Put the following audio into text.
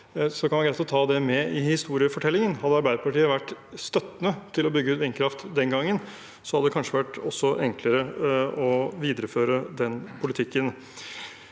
være greit ta det med i historiefortellingen. Hadde Arbeiderpartiet vært støttende til å bygge ut vindkraft den gangen, hadde det kanskje også vært enklere å videreføre den politikken.